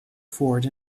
forward